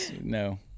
No